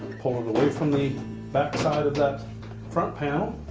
pull it away from the backside of that front panel,